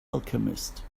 alchemist